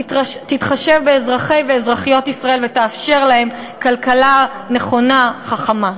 תתחשב באזרחי ואזרחיות ישראל ותאפשר להם כלכלה נכונה וחכמה.